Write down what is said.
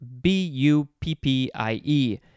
B-U-P-P-I-E